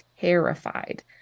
terrified